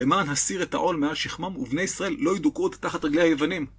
למען הסיר את העול מעל שכמם, ובני ישראל לא ידוכאו עוד תחת רגלי היוונים.